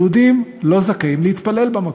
היהודים לא זכאים להתפלל במקום,